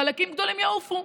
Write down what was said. חלקים גדולים יעופו".